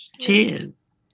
Cheers